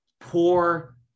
poor